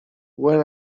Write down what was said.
when